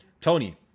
Tony